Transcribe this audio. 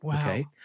okay